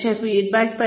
പിന്നെ ഫീഡ്ബാക്ക്